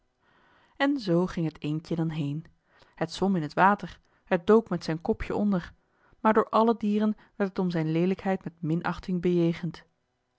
en zoo ging het eendje dan heen het zwom in het water het dook met zijn kopje onder maar door alle dieren werd het om zijn leelijkheid met minachting bejegend